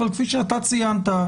אבל כפי שאתה ציינת,